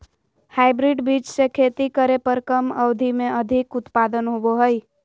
hybrid बीज से खेती करे पर कम अवधि में अधिक उत्पादन होबो हइ